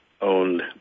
Owned